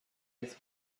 his